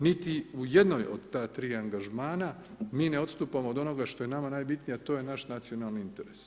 Niti u jednoj od ta 3 angažmana, mi ne odstupamo od onoga što je nama najbitnije, a to je naš nacionalni interes.